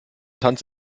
tanz